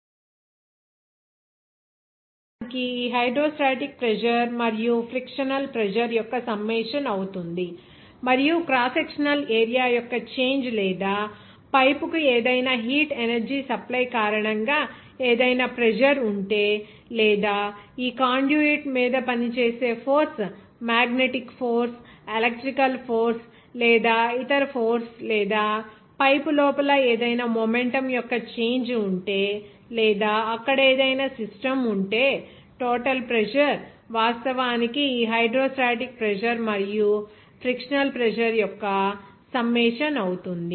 total pressure వాస్తవానికి ఈ hydrostatic pressure మరియు ఫ్రిక్షనల్ ప్రెజర్ యొక్క సమ్మేషన్ అవుతుంది మరియు క్రాస్ సెక్షనల్ ఏరియా యొక్క చేంజ్ లేదా పైపుకు ఏదైనా హీట్ ఎనర్జీ సప్లై కారణంగా ఏదైనా ప్రెజర్ ఉంటే లేదా ఈ కండ్యూట్ మీద పనిచేసే force magnetic force electrical force లేదా ఇతర ఫోర్స్ లేదా పైపు లోపల ఏదైనా మొమెంటం యొక్క చేంజ్ ఉంటే లేదా అక్కడ ఏదైనా సిస్టమ్ ఉంటే టోటల్ ప్రెజర్ వాస్తవానికి ఈ హైడ్రోస్టాటిక్ ప్రెజర్ మరియు ఫ్రిక్షనల్ ప్రెజర్ యొక్క సమ్మేషన్ అవుతుంది